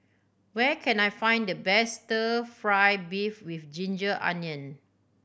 where can I find the best Stir Fry beef with ginger onion